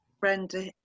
brenda